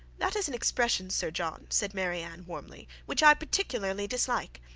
that is an expression, sir john, said marianne, warmly, which i particularly dislike.